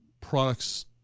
products